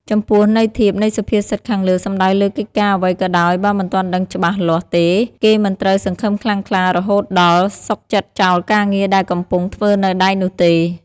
ចំពោះន័យធៀបនៃសុភាសិតខាងលើសំដៅលើកិច្ចការអ្វីក៏ដោយបើមិនទាន់ដឹងច្បាស់លាស់ទេគេមិនត្រូវសង្ឃឹមខ្លាំងក្លារហូតដល់សុខចិត្តចោលការងារដែលកំពុង ធ្វើនៅដៃនោះទេ។